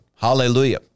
Hallelujah